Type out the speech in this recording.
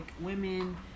women